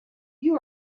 you